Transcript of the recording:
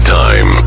time